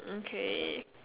okay